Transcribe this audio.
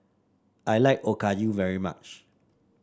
I like Okayu very much